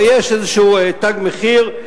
ויש איזה תג מחיר,